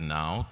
now